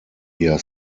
eher